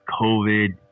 COVID